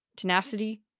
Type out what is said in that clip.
Tenacity